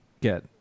get